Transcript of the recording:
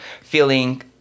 feeling